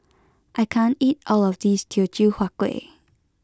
I can't eat all of this Teochew Huat Kuih